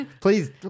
Please